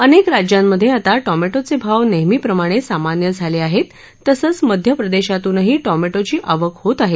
अनेक राज्यांमधे आता टोमॅटोचे आव नेहमीप्रमाणे सामान्य झाले आहेत तसंच मध्य प्रदेशातूनही टोमॅटोची आवक होत आहे